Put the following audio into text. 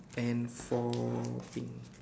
and four pink